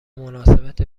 مناسبت